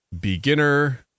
beginner